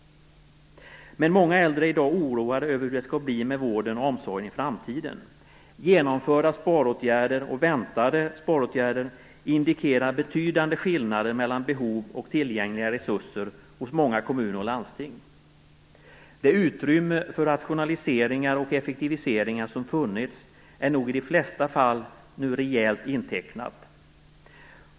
Men många äldre är i dag oroade över hur det skall bli med vården och omsorgen i framtiden. Genomförda sparåtgärder och väntade sparåtgärder indikerar betydande skillnader mellan behov och tillgängliga resurser hos många kommuner och landsting. Det utrymme för rationaliseringar och effektiviseringar som funnits är nog i de flesta fall rejält intecknat.